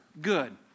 good